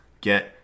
Get